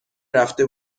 رفته